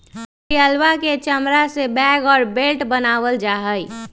घड़ियलवा के चमड़ा से बैग और बेल्ट बनावल जाहई